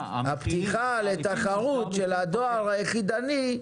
הפתיחה לתחרות של הדואר היחידני,